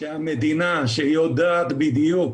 --- את אותו סכום, שהמדינה, שיודעת בדיוק